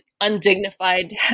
undignified